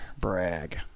Brag